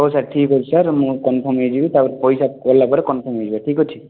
ହଉ ସାର୍ ଠିକ୍ ଅଛି ସାର୍ ମୁଁ କନ୍ଫର୍ମ୍ ହେଇଯିବି ତା'ପରେ ପଇସା ପଡ଼ିଲା ପରେ କନ୍ଫର୍ମ୍ ହେଇଯିବା ଠିକ୍ ଅଛି